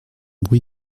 bruit